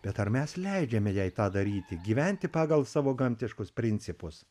bet ar mes leidžiame jai tą daryti gyventi pagal savo gamtiškus principus